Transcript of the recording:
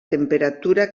temperatura